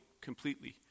completely